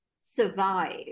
survive